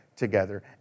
together